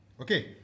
Okay